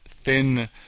thin